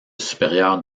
supérieure